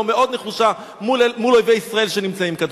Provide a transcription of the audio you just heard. והמאוד-נחושה מול אויבי ישראל שנמצאים כאן.